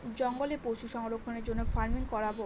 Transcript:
জঙ্গলে পশু সংরক্ষণের জন্য ফার্মিং করাবো